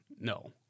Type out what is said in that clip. No